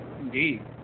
Indeed